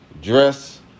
dress